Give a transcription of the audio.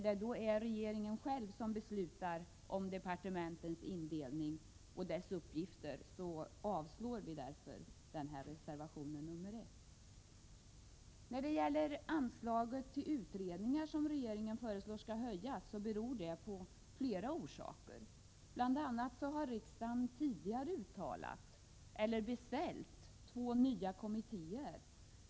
Det är ju regeringen själv som beslutar om departementens indelning och uppgifter. Vi avstyrker därför reservation 1. Anslaget till utredningar föreslår regeringen skall höjas av flera orsaker. Bl.a. har riksdagen tidigare beställt två nya kommittéer.